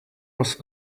was